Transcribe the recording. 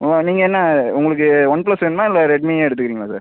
நீங்கள் என்ன உங்களுக்கு ஒன் பிளஸ் வேணுமா இல்லை ரெட்மீயே எடுத்துக்கிறிங்களா சார்